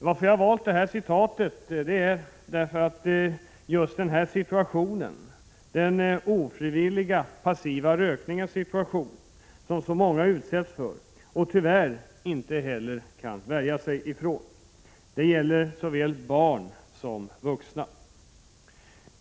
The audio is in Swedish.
Varför jag valt detta citat är att det är just denna situation, den ofrivilliga passiva rökningens situation som så många utsätts för och tyvärr inte kan värja sig mot. Det gäller såväl barn som vuxna.